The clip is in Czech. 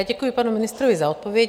Děkuji panu ministrovi za odpovědi.